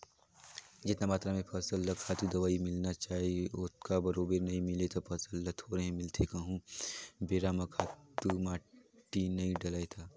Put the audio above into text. जेतना मातरा में फसल ल खातू, दवई मिलना चाही ओतका बरोबर नइ मिले ले फसल ल थोरहें मिलथे कहूं बेरा म खातू माटी नइ डलय ता